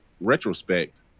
retrospect